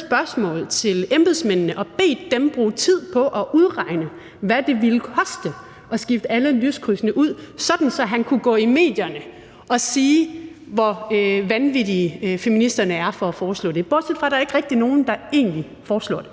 – til embedsmændene og bedt dem bruge tid på at udregne, hvad det ville koste at skifte alle lyskrydsene ud, så han kunne gå ud i medierne og sige, hvor vanvittige feministerne er at foreslå det – bortset fra at der ikke rigtig er nogen, der egentlig foreslår det.